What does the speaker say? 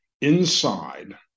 inside